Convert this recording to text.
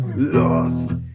Lost